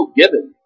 given